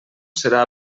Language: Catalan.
serà